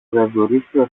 γαϊδουρίσιο